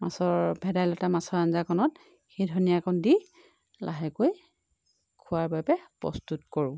মাছৰ ভেদাইলতা মাছৰ আঞ্জাকণত সেই ধনীয়াকণ দি লাহেকৈ খোৱাৰ বাবে প্ৰস্তুত কৰোঁ